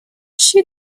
she